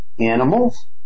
animals